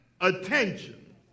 attention